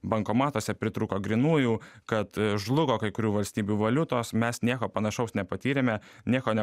bankomatuose pritrūko grynųjų kad žlugo kai kurių valstybių valiutos mes nieko panašaus nepatyrėme nieko ne